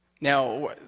Now